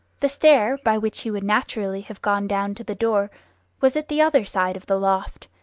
the stair by which he would naturally have gone down to the door was at the other side of the loft,